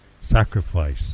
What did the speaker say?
sacrifice